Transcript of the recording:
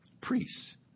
priests